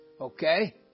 Okay